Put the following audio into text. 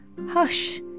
hush